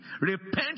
Repent